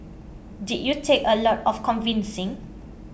did you take a lot of convincing